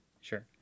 Sure